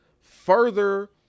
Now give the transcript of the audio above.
further